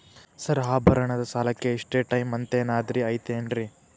Sir ಆಭರಣದ ಸಾಲಕ್ಕೆ ಇಷ್ಟೇ ಟೈಮ್ ಅಂತೆನಾದ್ರಿ ಐತೇನ್ರೇ?